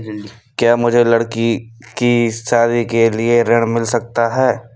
क्या मुझे लडकी की शादी के लिए ऋण मिल सकता है?